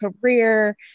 career